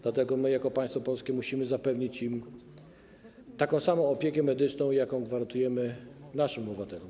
Dlatego my jako państwo polskie musimy zapewnić im taką samą opiekę medyczną, jaką gwarantujemy naszym obywatelom.